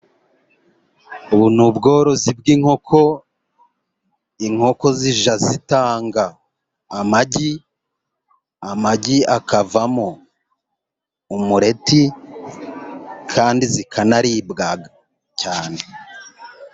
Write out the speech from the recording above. Ubu ni ubworozi bw'inkoko, inkoko zijya zitanga amagi, amagi akavamo umureti, kandi zikanaribwa cyane.